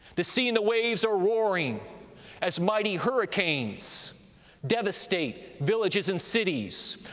the sea and the waves are roaring as mighty hurricanes devastate villages and cities,